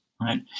right